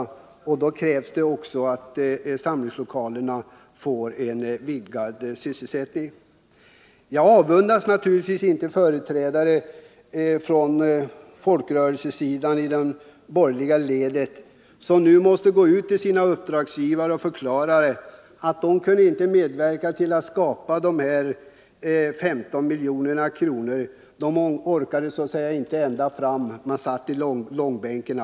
Det krävs också att vi får en vidgad sysselsättning till samlingslokalerna. Jag avundas naturligtvis inte de företrädare för folkrörelsesidan i de borgerliga leden som nu måste gå ut till sina uppdragsgivare och förklara att de inte kunnat medverka till att skrapa ihop de 15 miljonerna — de orkade så att säga inte ända fram, utan de satt alltför länge i långbänken.